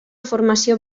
formació